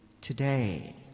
today